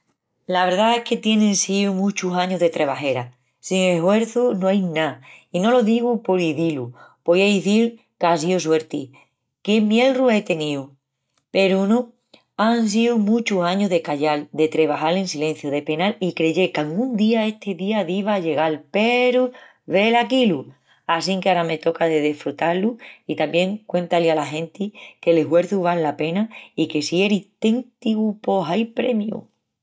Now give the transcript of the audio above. La verdá es que tienin síu muchus añus de trebajera. Sin eshuerçu no ai ná. I no lo digu por izí-lu. Poía izil qu'á síu suerti, que qué mielru ei teníu. Peru no, án síu muchus añus de callal, de trebajal en silenciu, de penal i creyel qu'angún día este día diva a llegal peru velaquí-lu! Assinque ara me toca de desfrutá-lu i tamién cuentá-li ala genti que l'eshuerçu val la pena i que si eris téntigu pos ai premiu.